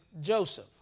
Joseph